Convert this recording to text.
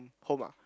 home ah